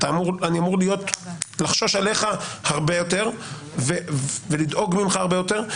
אני אמור לחשוש עליך הרבה יותר ולדאוג ממך הרבה יותר.